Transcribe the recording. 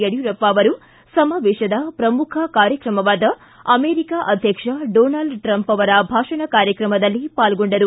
ಯಡಿಯೂರಪ್ಪ ಅವರು ಸಮಾವೇಶದ ಪ್ರಮುಖ ಕಾರ್ಯಕ್ರಮವಾದ ಅಮೆರಿಕಾ ಅಧ್ಯಕ್ಷ ಡೊನಾಲ್ಡ್ ಟ್ರಂಪ್ ಅವರ ಭಾಷಣ ಕಾರ್ಯಕ್ರಮದಲ್ಲಿ ಪಾಲ್ಗೊಂಡರು